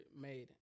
made